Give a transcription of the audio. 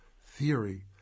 theory